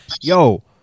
Yo